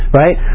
right